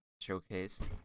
showcase